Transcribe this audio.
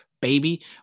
baby